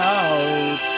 out